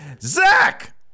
Zach